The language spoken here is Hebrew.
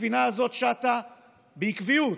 הספינה הזאת שטה בקביעות